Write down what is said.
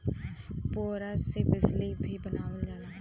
पुवरा से बिजली भी बनावल जाला